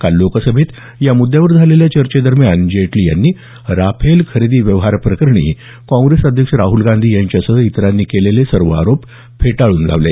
काल लोकसभेत या मुद्यावर झालेल्या चर्चेदरम्यान जेटली यांनी राफेल खरेदी प्रकरणी काँग्रेस अध्यक्ष राहल गांधी यांच्यासह इतरांनी केलेले सर्व आरोप फेटाळून लावले